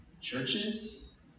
churches